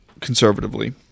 conservatively